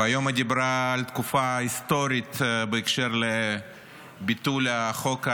והיום היא דיברה על תקופה היסטורית בהקשר של ביטול החוק הירדני,